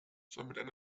sondern